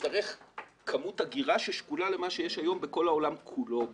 תצטרך כמות אגירה ששקולה למה שיש היום בכל העולם כולו ביחד.